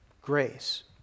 Grace